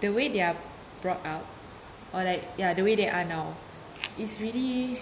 the way they are brought up or like ya the way they are now it's really